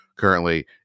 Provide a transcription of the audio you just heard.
currently